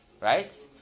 Right